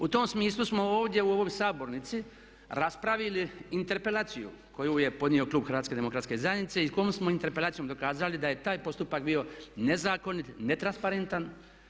U tom smislu smo ovdje u ovoj sabornici raspravili interpelaciju koju je podnio klub HDZ-a i kojom smo interpelacijom dokazali da je taj postupak bio nezakonit, netransparentan.